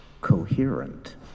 coherent